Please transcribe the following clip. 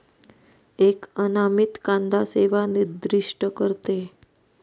एक अनामित कांदा सेवा निर्दिष्ट करते